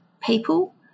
people